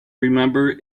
remember